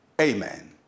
amen